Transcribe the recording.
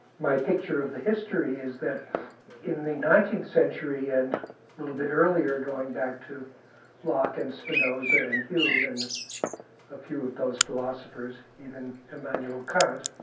my picture of the history is that in the nineteenth century and a little bit earlier going back to lock, and spinoza, and hume, and a few of those philosophers, even immanuel kant,